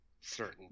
certain